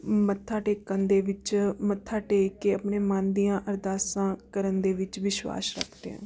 ਮੱਥਾ ਟੇਕਣ ਦੇ ਵਿੱਚ ਮੱਥਾ ਟੇਕ ਕੇ ਆਪਣੇ ਮਨ ਦੀਆਂ ਅਰਦਾਸਾਂ ਕਰਨ ਦੇ ਵਿੱਚ ਵਿਸ਼ਵਾਸ ਰੱਖਦੇ ਹਾਂ